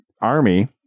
army